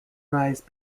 rise